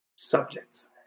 Subjects